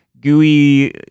gooey